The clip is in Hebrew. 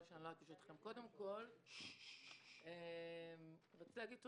קודם כל, רציתי להגיד תודה.